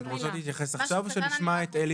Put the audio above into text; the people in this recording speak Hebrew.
אתן רוצות להתייחס עכשיו או שנשמע את עלי